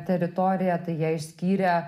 teritoriją tai jie išskyrė